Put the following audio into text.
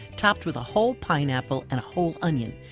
topped with a whole pineapple and whole onion,